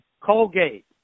Colgate